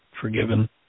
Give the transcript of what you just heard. forgiven